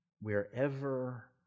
wherever